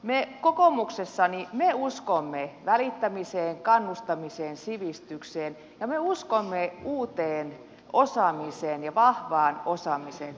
me kokoomuksessa uskomme välittämiseen kannustamiseen sivistykseen ja me uskomme uuteen osaamiseen ja vahvaan osaamiseen